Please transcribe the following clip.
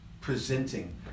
presenting